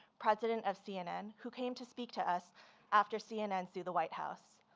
president of cnn, who came to speak to us after cnn sued the white house.